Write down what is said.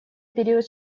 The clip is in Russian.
период